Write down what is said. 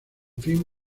film